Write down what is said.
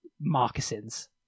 moccasins